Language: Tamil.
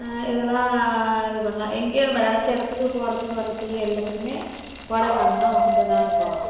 இதெல்லாம் இது பண்ணலாம் எங்கேயும் நம்ம நினச்ச இடத்துக்குப் போகிறதுக்கு வர்றதுக்கு எல்லாத்துக்குமே கோடைக்காலம்தான் உகந்ததா இருக்கும்